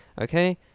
Okay